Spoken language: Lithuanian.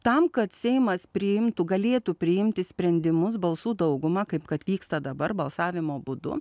tam kad seimas priimtų galėtų priimti sprendimus balsų dauguma kaip kad vyksta dabar balsavimo būdu